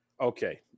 okay